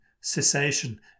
cessation